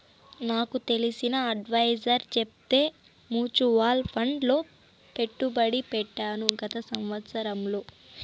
నాకు తెలిసిన అడ్వైసర్ చెప్తే మూచువాల్ ఫండ్ లో పెట్టుబడి పెట్టాను గత సంవత్సరంలో